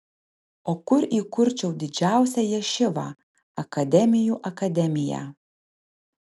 o kur įkurčiau didžiausią ješivą akademijų akademiją